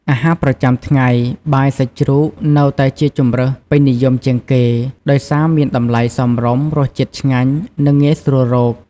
អាហារប្រចាំថ្ងៃ បាយសាច់ជ្រូកនៅតែជាជម្រើសពេញនិយមជាងគេ ដោយសារមានតម្លៃសមរម្យ រសជាតិឆ្ងាញ់ និងងាយស្រួលរក។